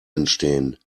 entstehen